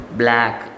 black